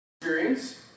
experience